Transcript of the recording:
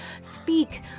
speak